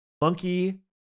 monkey